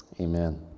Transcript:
Amen